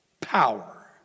power